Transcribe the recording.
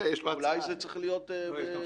אולי חלק מהדיון הזה צריך להיות מסווג.